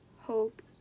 hope